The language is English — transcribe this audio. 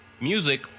music